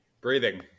Breathing